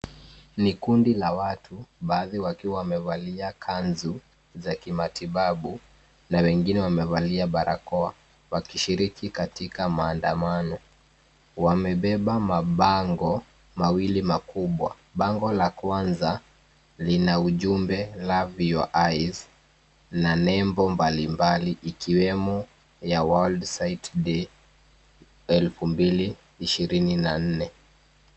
Ni kundi la watu baadhi wakiwa wamevalia kanzu za kimatibabu na wengine wamevalia barakoa wakishiriki katika maandamano. Wamebeba mabango mawili makubwa bango la kwanza lina ujumbe love your eyes na nembo mbalimbali ikiwemo ya World Sight Day 2024 .